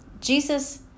Jesus